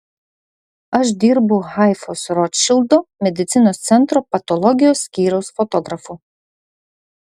aš dirbu haifos rotšildo medicinos centro patologijos skyriaus fotografu